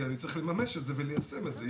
כי אני צריך לממש את זה וליישם את זה.